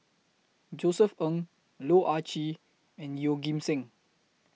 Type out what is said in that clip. Josef Ng Loh Ah Chee and Yeoh Ghim Seng